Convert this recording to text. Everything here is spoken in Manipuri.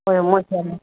ꯍꯣꯏ ꯃꯣꯏ ꯆꯠꯂ